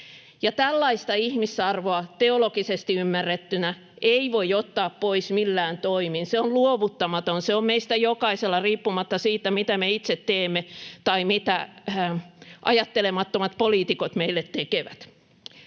ja tällaista ihmisarvoa teologisesti ymmärrettynä ei voi ottaa pois millään toimin. Se on luovuttamaton, se on meistä jokaisella riippumatta siitä, mitä me itse teemme tai mitä ajattelemattomat poliitikot meille tekevät.